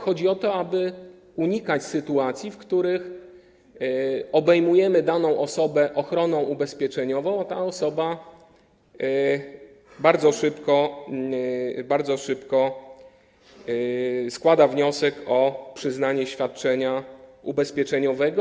Chodzi o to, aby unikać sytuacji, w których obejmujemy daną osobę ochroną ubezpieczeniową, a ta osoba bardzo szybko składa wniosek o przyznanie świadczenia ubezpieczeniowego.